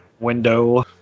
Window